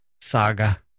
saga